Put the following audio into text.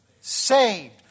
saved